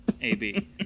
AB